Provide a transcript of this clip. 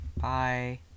bye